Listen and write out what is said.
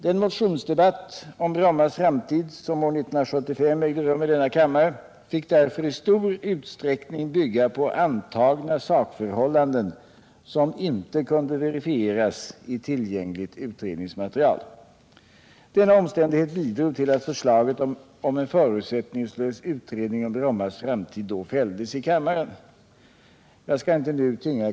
Den motionsdebatt om Brommas framtid som år 1975 ägde rum i denna kammare fick därför i stor utsträckning bygga på antagna sakförhållanden som inte kunde verifieras i tillgängligt utredningsmaterial. Denna omständighet bidrog till att förslaget om en Jag skall inte nu tynga kammarens ledamöter med någon ytterligare hi Torsdagen den storieskrivning.